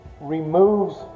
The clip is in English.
removes